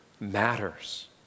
matters